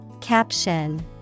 Caption